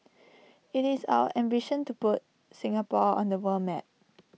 IT is our ambition to put Singapore on the world map